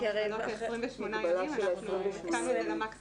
כמו שתמי אמרה,